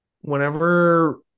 Whenever